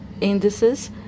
indices